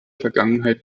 vergangenheit